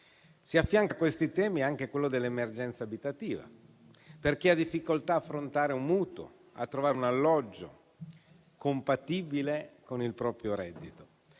Si affianca a questi temi anche quello dell'emergenza abitativa, per chi ha difficoltà affrontare un mutuo, a trovare un alloggio compatibile con il proprio reddito.